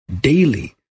daily